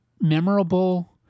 memorable